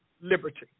liberty